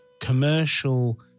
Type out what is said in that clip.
commercial